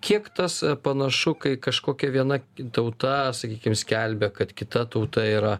kiek tas panašu kai kažkokia viena tauta sakykim skelbia kad kita tauta yra